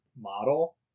model